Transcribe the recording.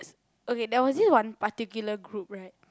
okay there was this one particular group right